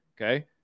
okay